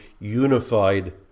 unified